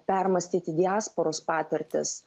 permąstyti diasporos patirtis